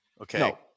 Okay